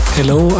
Hello